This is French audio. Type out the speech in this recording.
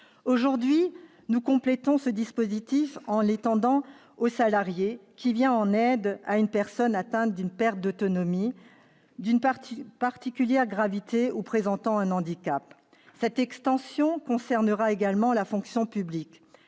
Aujourd'hui, nous complétons ce dispositif en l'étendant au « salarié qui vient en aide à une personne atteinte d'une perte d'autonomie d'une particulière gravité ou présentant un handicap ». Cette extension concernera également la fonction publique.